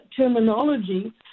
terminology